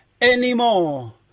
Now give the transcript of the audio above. anymore